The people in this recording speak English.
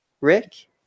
Rick